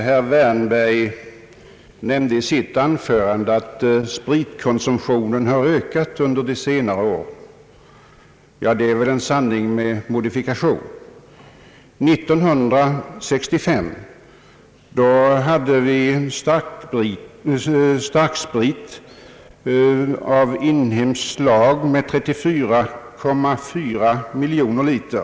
Herr talman! Herr Wärnberg nämnde i sitt anförande att spritkonsumtionen har ökat under de senare åren. Det är väl en sanning med modifikation. År 1965 var konsumtionen av starksprit av inhemskt slag 34,4 miljoner liter.